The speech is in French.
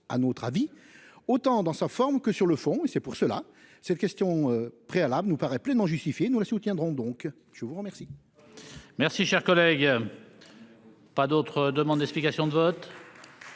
à notre avis autant dans sa forme que sur le fond et c'est pour cela. Cette question préalable nous paraît pleinement justifiée nous la soutiendrons donc je vous remercie.